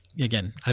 again